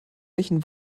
welchen